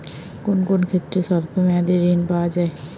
কোন কোন ক্ষেত্রে স্বল্প মেয়াদি ঋণ পাওয়া যায়?